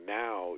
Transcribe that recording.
now